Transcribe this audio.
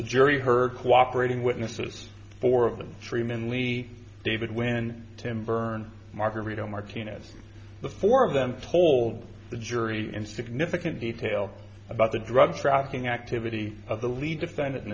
the jury heard cooperating witnesses four of them three men we david when tim berne margarito martinez the four of them told the jury in significant detail about the drug trafficking activity of the lead defendant in